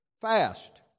fast